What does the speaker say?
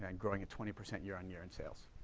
and growing at twenty percent year on year in sales.